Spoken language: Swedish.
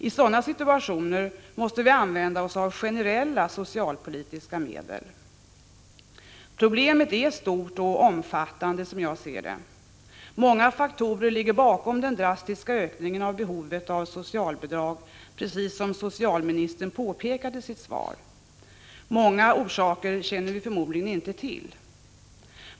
I sådana situationer måste vi använda oss av generella socialpolitiska medel. Problemet är stort och omfattande, som jag ser det. Många faktorer ligger bakom den drastiska ökningen av behovet av socialbidrag, precis som socialministern påpekade i sitt svar. Många orsaker känner vi förmodligen inte till.